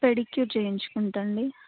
pedicure చేయించుకుంటాను అండి